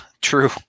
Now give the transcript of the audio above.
true